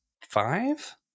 five